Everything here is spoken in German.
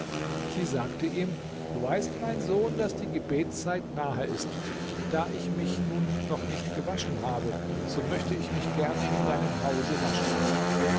sie sagte ihm du weißt mein sohn daß die gebetzeit nahe ist da ich mich nun noch nicht gewaschen habe so möchte ich mich gerne in deinem hause waschen